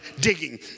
digging